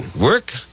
Work